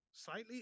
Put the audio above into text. Slightly